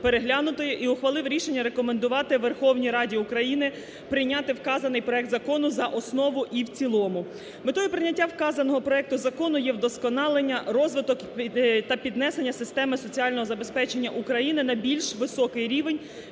і ухвалив рішення рекомендувати Верховній Раді України прийняти вказаний проект закону за основу і в цілому. Метою прийняття вказаного проекту закону є вдосконалення, розвиток та піднесення системи соціального забезпечення України на більш високий рівень